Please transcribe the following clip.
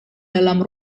dalam